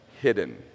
hidden